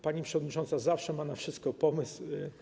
Pani przewodnicząca zawsze ma na wszystko pomysły.